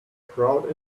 crowd